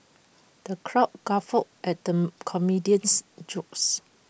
the crowd guffawed at the comedian's jokes